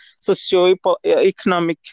socioeconomic